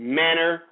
manner